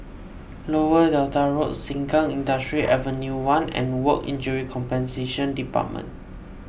Lower Delta Road Sengkang Industrial Avenue one and Work Injury Compensation Department